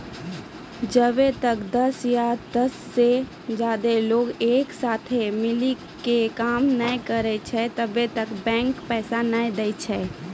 जब्बै तक दस या दसो से ज्यादे लोग एक साथे मिली के काम नै करै छै तब्बै तक बैंक पैसा नै दै छै